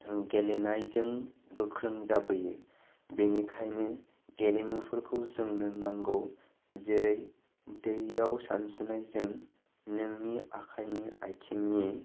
गेलेनायजों गोख्रों जाबोयो बेनिखायनो गेलेमुफोरखौ जोंनो नांगौ जेरै दैयाव सानस्रिनायजों नोंनि आखाइनि आइथिंनि